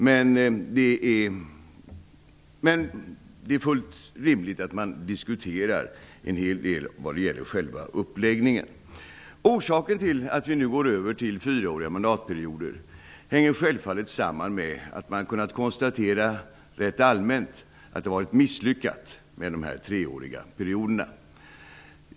Men det är fullt rimligt att diskutera själva uppläggningen. Orsaken till att vi nu går över till fyraåriga mandatperioder hänger självfallet samman med att man rätt allmänt har konstaterat att det har varit rätt misslyckat med de treåriga perioderna.